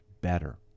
better